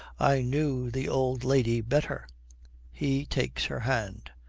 i knew the old lady better he takes her hand.